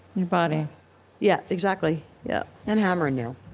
your body yeah, exactly, yeah and hammer and nail.